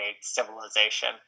civilization